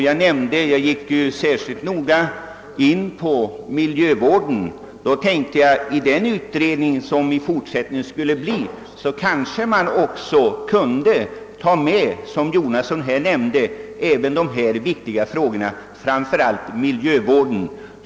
Jag tog ju också särskilt upp miljövården och tänkte att den kommande utredningen kanske också skulle kunna ta upp de här viktiga frågorna som även berörts av herr Jonasson, framför allt miljövården.